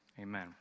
amen